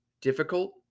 difficult